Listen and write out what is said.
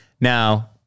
Now